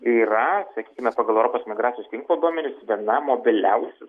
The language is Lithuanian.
yra sakykime pagal europos migracijos tinklo duomenis viena mobiliausių